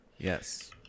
Yes